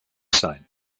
sein